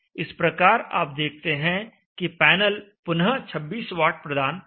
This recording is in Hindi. इस प्रकार आप देखते हैं कि पैनल पुनः 26 वाट प्रदान कर रहा है